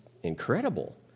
Incredible